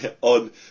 on